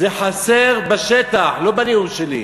זה היה, זה חסר בשטח, לא בנאום שלי.